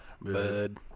Bud